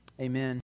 Amen